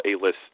A-list